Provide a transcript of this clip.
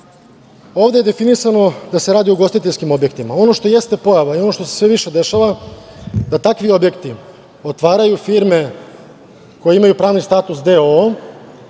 Ovde je definisano da se radi o ugostiteljskim objektima, a ono što jeste pojava i ono što se sve više dešava, da takvi objekti otvaraju firme koje imaju pravi status d.o.